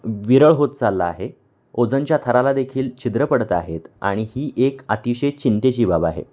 विरळ होत चालला आहे ओजनच्या थराला देखील छिद्र पडत आहेत आणि ही एक अतिशय चिंतेची बाब आहे